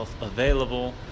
available